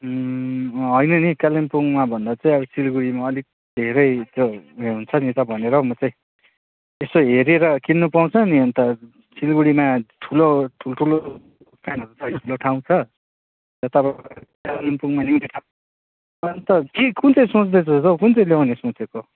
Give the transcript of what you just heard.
होइन नि कालेबुङभन्दा चाहिँ अब सिलगढीमा अलिक धेरै ज उयो हुन्छ नि भनेर हौ म चाहिँ यसो हेरेर किन्नु पाउँछ नि अन्त सिलगढीमा ठुलो ठुल्ठुलो ठाउँ छ कालेबुङ अन्त के कुन् चाहिँ सोच्दैछस् हौ कुन चाहिँ ल्याउने सोचेको